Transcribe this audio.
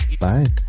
bye